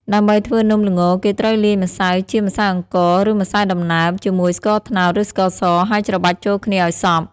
ដើម្បីធ្វើនំល្ង គេត្រូវលាយម្សៅ ជាម្សៅអង្ករ ឬម្សៅដំណើប ជាមួយស្ករត្នោត ឬស្ករស ហើយច្របាច់ចូលគ្នាឲ្យសព្វ។